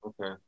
Okay